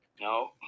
No